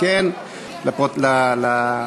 מוקדם בוועדת החינוך, התרבות והספורט נתקבלה.